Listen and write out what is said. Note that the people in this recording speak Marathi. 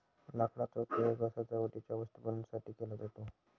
लाकडाचा उपयोग सजावटीच्या वस्तू बनवण्यासाठी पण केला जातो